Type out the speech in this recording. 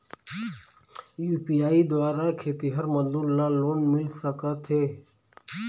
UPI द्वारा खेतीहर मजदूर ला लोन मिल सकथे?